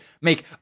make